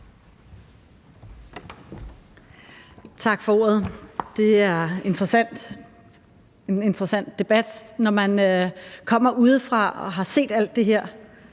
Tak for ordet. Det er en interessant debat, når man kommer udefra og har set alt det her